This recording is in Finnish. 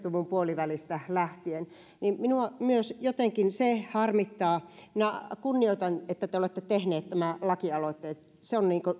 yhdeksänkymmentä luvun puolivälistä lähtien että minua myös jotenkin harmittaa eräs asia minä kunnioitan sitä että te olette tehneet nämä lakialoitteet se on